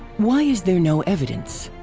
why is there no evidence?